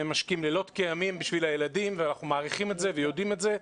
הם עושים לילות כימים עבור הילדים ואנחנו מעריכים את זה ויודעים את זה.